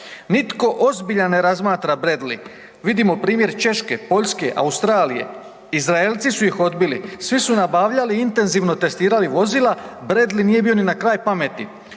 Nitko ozbiljan ne razmatra Bradley. Vidimo primjer Češke, Poljske, Australije, Izraelci su ih odbili, svi su nabavljali i intenzivno testirali vozila, Bradley nije bio ni na kraj pamet.